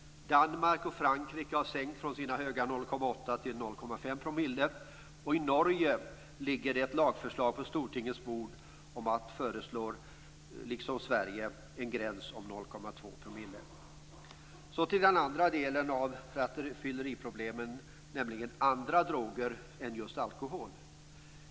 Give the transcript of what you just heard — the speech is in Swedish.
Danmark och Frankrike har sänkt från sina höga 0,8 till 0,5 %. I Norge ligger det ett lagförslag på Stortingets bord med ett förslag på en gräns, liksom Sverige, på 0,2 %. Så till den andra delen av rattfylleriproblemen, nämligen andra droger än just alkohol.